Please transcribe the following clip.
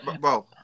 bro